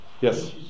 Yes